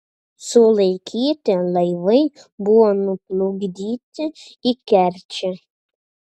sulaikyti laivai buvo nuplukdyti į kerčę